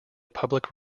public